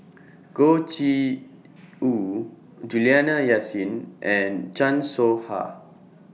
Goh Ee Choo Juliana Yasin and Chan Soh Ha